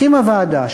הקימה ועדה,